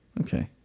Okay